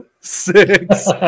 six